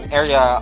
area